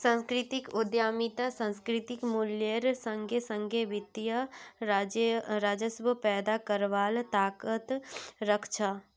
सांस्कृतिक उद्यमितात सांस्कृतिक मूल्येर संगे संगे वित्तीय राजस्व पैदा करवार ताकत रख छे